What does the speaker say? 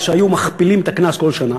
שהיו מכפילים את הקנס כל שנה.